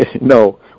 No